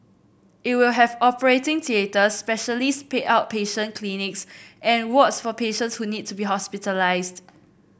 it will have operating theatres specialist pay outpatient clinics and wards for patients who needs to be hospitalised